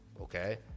Okay